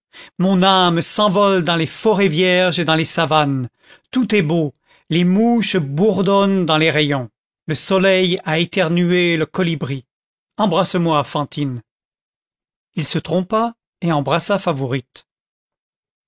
mon âme s'envole dans les forêts vierges et dans les savanes tout est beau les mouches bourdonnent dans les rayons le soleil a éternué le colibri embrasse-moi fantine il se trompa et embrassa favourite